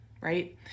right